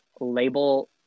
label